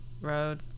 Road